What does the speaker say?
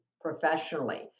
professionally